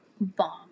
bomb